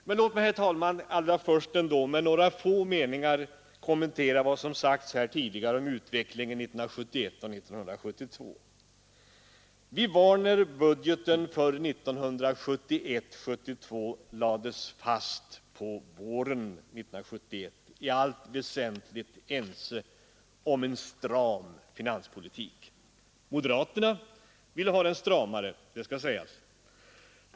Men låt mig, herr talman, först med några få meningar kommentera vad som sagts här tidigare om utvecklingen under 1971 och 1972. Vi var, när budgeten för 1971/72 lades fast på våren 1971, i allt väsentligt ense om en stram finanspolitik. Moderaterna ville ha den stramare, det skall sägas.